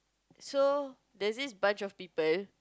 so there's this bunch of people